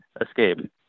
escape